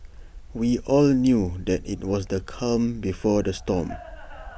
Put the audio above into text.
we all knew that IT was the calm before the storm